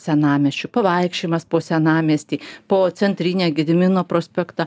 senamiesčiu pavaikščiojimas po senamiestį po centrinę gedimino prospektą